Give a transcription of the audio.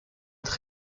être